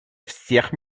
всех